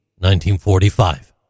1945